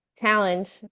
challenge